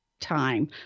time